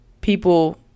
people